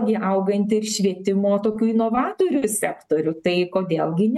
ogi auganti ir švietimo tokių inovatorių sektorių tai kodėl gi ne